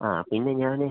ആ പിന്നെ ഞാൻ